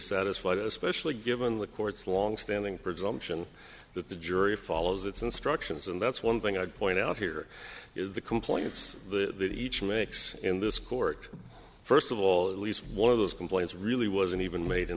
satisfied especially given the court's longstanding presumption that the jury follows its instructions and that's one thing i'd point out here is the complaints the that each makes in this court first of all at least one of those complaints really wasn't even made in